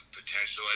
potential